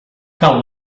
cal